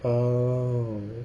oh